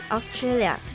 Australia